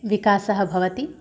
विकासः भवति